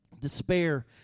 despair